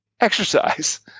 exercise